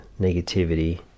negativity